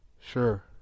Sure